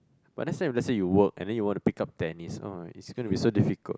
but let's say let's say you work and then you want to pick up tennis oh it's going to be so difficult